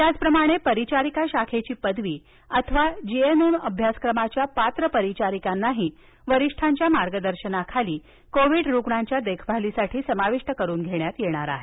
त्याचप्रमाणे परिचारिका शाखेची पदवी अथवा जी एन एम अभ्यासक्रमाच्या पात्र परिचारिकांनाही वरिष्ठांच्या मार्गदर्शनाखालीकोविड रुग्णांच्या देखभालीसाठी समाविष्ट करून घेण्यात येणार आहे